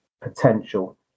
potential